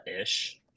ish